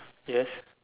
yes